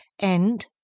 End